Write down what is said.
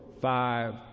five